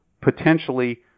potentially